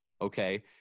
okay